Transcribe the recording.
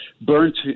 burnt